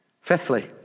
Fifthly